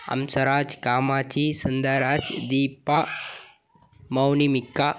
Hamsaraj Kamatchi Sundaraj Deepa மௌனிமிக்கா